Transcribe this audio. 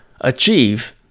achieve